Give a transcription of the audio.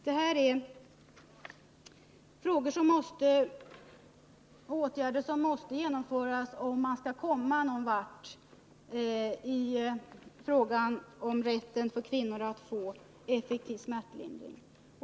Det här är saker som måste genomföras, om man skall komma någon vart när det gäller kvinnors rätt till effektiv smärtlindring.